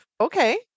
Okay